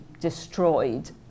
destroyed